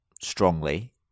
strongly